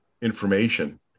information